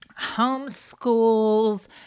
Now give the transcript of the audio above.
Homeschools